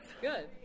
Good